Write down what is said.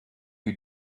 who